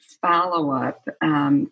follow-up